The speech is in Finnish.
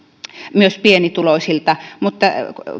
myös pienituloisilta mutta